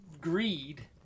greed